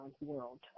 world